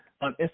on